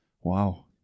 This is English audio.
Wow